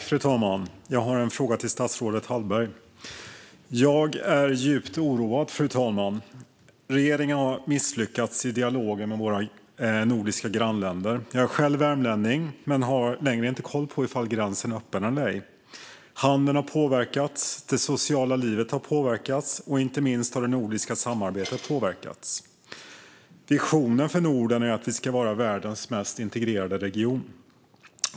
Fru talman! Jag har en fråga till statsrådet Hallberg. Jag är djupt oroad, fru talman. Regeringen har misslyckats i dialogen med våra nordiska grannländer. Jag är värmlänning men har inte längre koll på om gränsen är öppen eller ej. Handeln har påverkats. Det sociala livet har påverkats. Inte minst har det nordiska samarbetet påverkats. Visionen för Norden är att vi ska vara världens mest integrerade region.